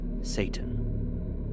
Satan